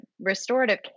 restorative